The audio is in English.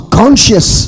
conscious